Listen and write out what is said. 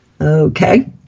Okay